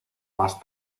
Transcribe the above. más